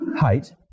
height